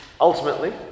Ultimately